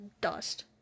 dust